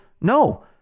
no